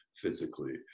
physically